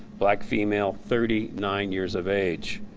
black female, thirty nine years of age.